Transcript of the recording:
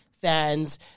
fans